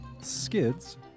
Skids